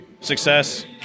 success